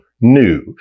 new